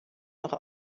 noch